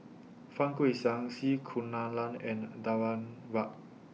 Fang Guixiang C Kunalan and Danaraj